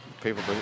people